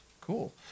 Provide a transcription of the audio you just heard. Cool